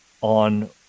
on